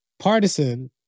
Partisan